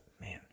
Man